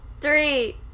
Three